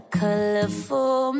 colorful